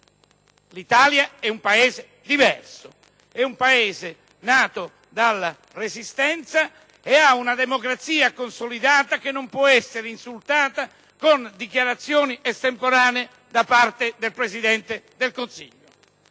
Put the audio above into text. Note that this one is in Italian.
L'Italia è un Paese diverso. È un Paese nato dalla Resistenza, con una democrazia consolidata, che non può essere insultata da dichiarazioni estemporanee del Presidente del Consiglio.